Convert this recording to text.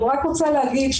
אני רק רוצה להגיד,